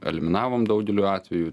eliminavom daugeliu atveju